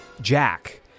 Jack